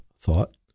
thought